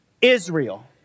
Israel